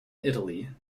italy